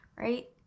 Right